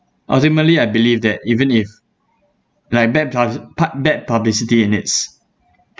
ultimately I believe that even if like bad publ~ part bad publicity in its